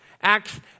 Acts